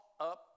up